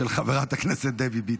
של חברת הכנסת דבי ביטון.